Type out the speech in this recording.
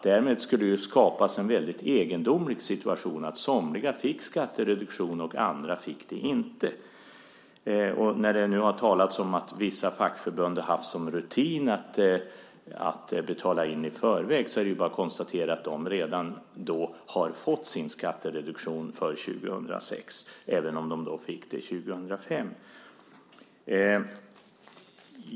Därmed skulle det ju skapas en väldigt egendomlig situation, att somliga fick skattereduktion och andra inte fick det. När det nu har talats om att vissa fackförbund har haft som rutin att betala in i förväg är det bara att konstatera att de då redan har fått sin skattereduktion för 2006, även om de fick den 2005.